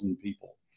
people